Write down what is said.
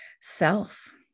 self